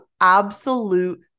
absolute